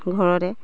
ঘৰতে